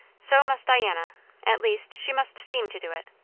so must diana at least she must seem to do it.